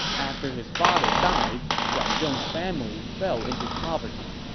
after his father died, guan zhong's family fell into poverty.